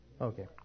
Okay